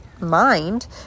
mind